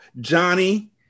Johnny